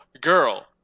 girl